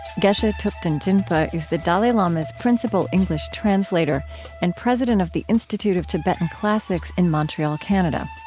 geshe thupten jinpa is the dalai lama's principal english translator and president of the institute of tibetan classics in montreal, canada.